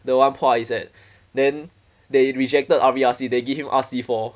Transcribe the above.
the one point I said then they rejected R_V_R_C they give him R_C four